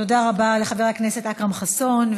תודה רבה לחבר הכנסת אכרם חסון.